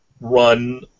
run